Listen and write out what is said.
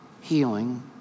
healing